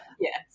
Yes